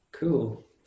Cool